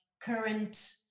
current